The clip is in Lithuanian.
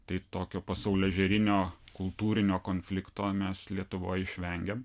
tai tokio pasaulėžiūrinio kultūrinio konflikto mes lietuvoj išvengėm